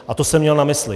A to jsem měl na mysli.